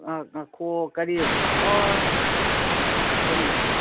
ꯑꯥ ꯉꯥꯏꯈꯨꯋꯣ ꯀꯔꯤ ꯑꯣ ꯉꯥꯏꯈꯣꯅꯦ